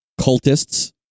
cultists